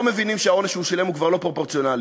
מבינים שהעונש שהוא שילם כבר לא פרופורציונלי.